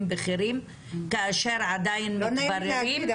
בכירים כאשר עדיין מתבררים --- לא נעים לי להגיד,